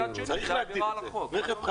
מצד שני זו עבירה על החוק.